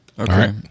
Okay